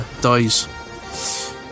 dies